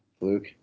luke